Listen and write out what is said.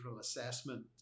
assessment